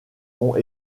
ont